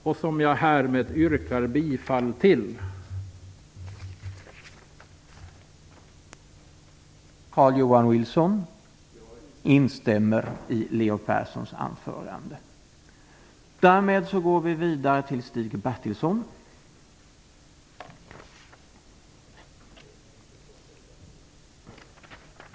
Jag yrkar härmed bifall till hemställan i betänkandet.